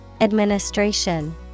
Administration